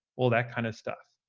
all that kind of stuff.